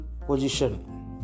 position